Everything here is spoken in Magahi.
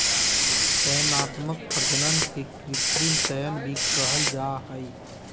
चयनात्मक प्रजनन के कृत्रिम चयन भी कहल जा हइ